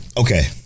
Okay